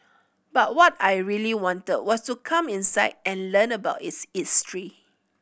but what I really wanted was to come inside and learn about its history